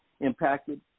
impacted